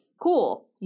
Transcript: cool